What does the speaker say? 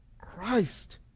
Christ